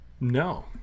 No